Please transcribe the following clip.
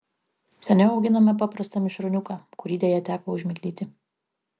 seniau auginome paprastą mišrūniuką kurį deja teko užmigdyti